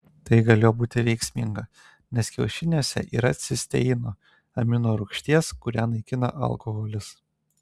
tai galėjo būti veiksminga nes kiaušiniuose yra cisteino amino rūgšties kurią naikina alkoholis